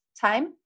time